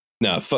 No